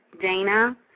Dana